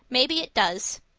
maybe it does,